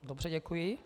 Dobře, děkuji.